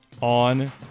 on